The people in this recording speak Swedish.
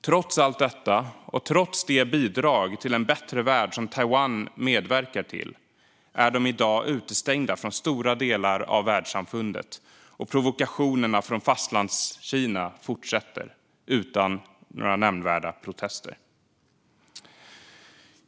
Trots allt detta och trots det bidrag till en bättre värld som Taiwan står för är landet i dag utestängt från stora delar av världssamfundet, och provokationerna från Fastlandskina fortsätter utan några nämnvärda protester.